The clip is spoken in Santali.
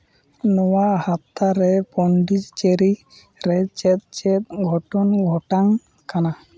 ᱱᱚᱣᱟ ᱦᱟᱯᱛᱟ ᱨᱮ ᱯᱚᱱᱰᱤᱪᱮᱨᱤ ᱨᱮ ᱪᱮᱫ ᱪᱮᱫ ᱜᱷᱚᱴᱚᱱ ᱜᱷᱚᱴᱟᱜ ᱠᱟᱱᱟ